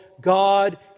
God